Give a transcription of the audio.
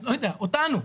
לא יודע, אותנו,